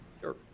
Sure